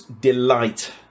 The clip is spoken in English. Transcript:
delight